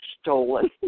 stolen